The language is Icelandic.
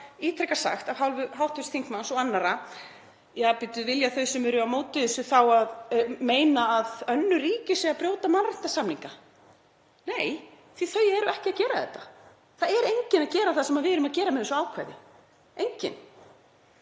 ítrekað sagt af hálfu hv. þingmanns og annarra: Eru þau sem eru á móti þessu að meina að önnur ríki séu að brjóta mannréttindasamninga? Nei, því að þau eru ekki að gera þetta. Það er enginn að gera það sem við erum að gera með þessu ákvæði, enginn.